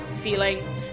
feeling